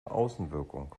außenwirkung